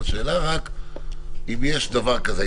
השאלה רק אם יש דבר כזה,